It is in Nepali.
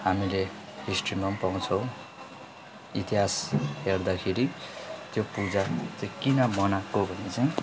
हामीले हिस्ट्रीमा पनि पाउँछौँ इतिहास हेर्दाखेरि त्यो पूजा चाहिँ किन मनाएको भन्दा चाहिँ